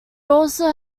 also